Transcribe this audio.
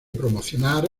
promocionar